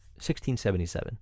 1677